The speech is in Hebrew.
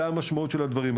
זה המשמעות של הדברים.